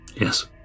Yes